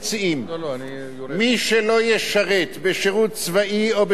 מי שלא ישרת שירות צבאי או שירות אזרחי